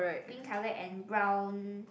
green colour and brown